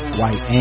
white